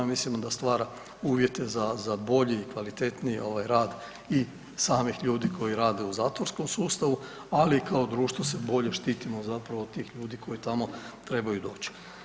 Mislim da stvar uvjete za bolji i kvalitetniji rad i samih ljudi koji rade u zatvorskom sustavu, ali i kao društvo se bolje štitimo zapravo od tih ljudi koji tamo trebaju doći.